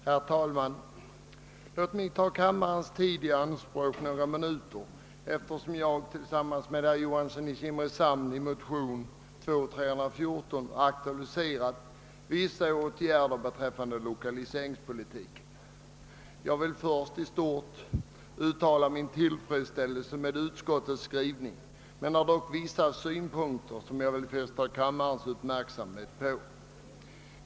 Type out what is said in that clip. Herr talman! Eftersom jag tillsammans med herr Johansson i Simrishamn i motionen II: 314 aktualiserat vissa åtgärder beträffande lokaliseringspolitiken ber jag att få ta kammarens tid i anspråk några minuter. Jag vill då först i stort uttala min tillfredsställelse med utskottets skrivning men har dock vissa :synpunkter som jag vill fästa kammarens uppmärksamhet på.